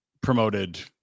promoted